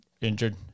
injured